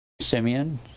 Simeon